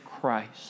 Christ